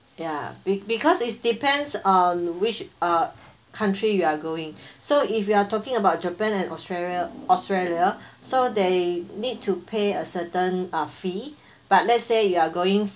ya because it's depends uh on which country uh you are going so if you are talking about japan and australia australia so they need to pay a certain uh fee but let's say you are going